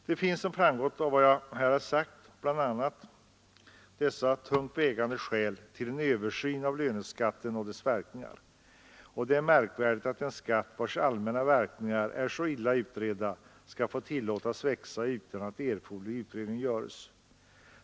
Det är bl.a. av de nu anförda tungt vägande skälen som vi reservanter vill ha en översyn av löneskatten och dess verkningar. Det är märkligt att en skatt vars allmänna verkningar är så illa utredda skall få ökas utan att erforderlig utredning göres.